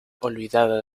olvidada